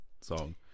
song